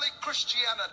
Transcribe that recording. Christianity